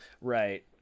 Right